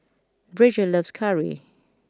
Bridger loves curry